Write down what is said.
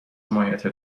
حمایت